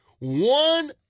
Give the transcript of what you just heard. one